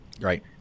Right